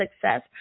success